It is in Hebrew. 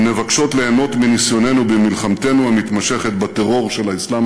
הן מבקשות ליהנות מניסיוננו במלחמתנו המתמשכת בטרור של האסלאם